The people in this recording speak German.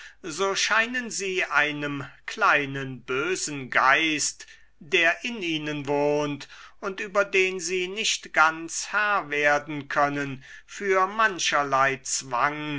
so scheinen sie einem kleinen bösen geist der in ihnen wohnt und über den sie nicht ganz herr werden können für mancherlei zwang